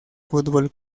futbol